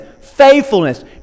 faithfulness